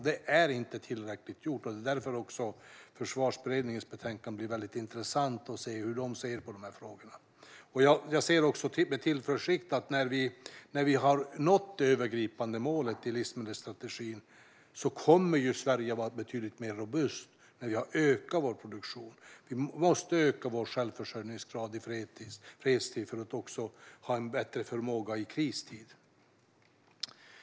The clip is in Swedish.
Detta är inte tillräckligt i dag, och därför blir det väldigt intressant att se Försvarsberedningens betänkande och hur man ser på de här frågorna. Jag ser också med tillförsikt på att när vi har nått det övergripande målet i livsmedelsstrategin och ökat vår produktion kommer Sverige att vara betydligt mer robust. Vi måste öka vår självförsörjningsgrad i fredstid för att ha en bättre förmåga även i kristid.